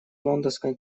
лондонской